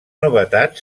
novetats